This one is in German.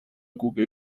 google